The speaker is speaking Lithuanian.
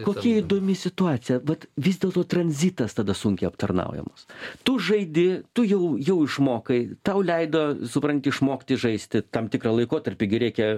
kokia įdomi situacija vat vis dėlto tranzitas tada sunkiai aptarnaujamas tu žaidi tu jau jau išmokai tau leido supranti išmokti žaisti tam tikrą laikotarpį gi reikia